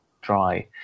dry